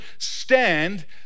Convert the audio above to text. stand